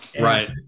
Right